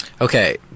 Okay